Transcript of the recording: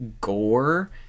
gore